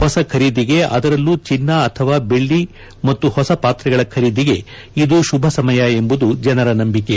ಹೊಸ ಖರೀದಿಗೆ ಅದರಲ್ಲೂ ಚಿನ್ನ ಅಥವಾ ಬೆಳ್ಳಿ ಮತ್ತು ಹೊಸ ಪಾತ್ರೆಗಳ ಖರೀದಿಗೆ ಇದು ಶುಭ ಸಮಯ ಎಂಬುದು ಜನರ ನಂಬಿಕೆ